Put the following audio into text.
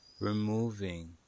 removing